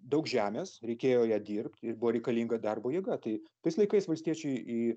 daug žemės reikėjo ją dirbt ir buvo reikalinga darbo jėga tai tais laikais valstiečiai į